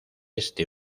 este